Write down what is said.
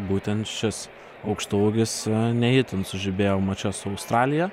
būtent šis aukštaūgis ne itin sužibėjo mače su australija